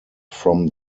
from